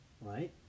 right